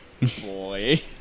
Boy